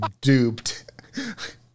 duped